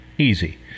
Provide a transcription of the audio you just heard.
Easy